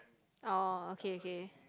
oh okay okay